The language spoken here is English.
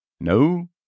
No